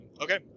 Okay